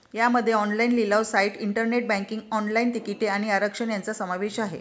यामध्ये ऑनलाइन लिलाव site, internet banking, online तिकिटे आणि आरक्षण यांचा समावेश आहे